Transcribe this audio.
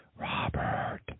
Robert